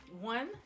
One